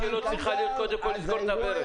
שלו צריכה להיות קודם כל לסגור את הברז.